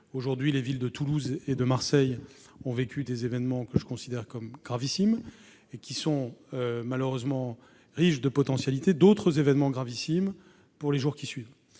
Aujourd'hui, les villes de Toulouse et de Marseille ont vécu des événements que je considère comme gravissimes et qui sont malheureusement riches de potentialités, elles aussi gravissimes, pour les jours à venir.